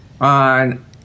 on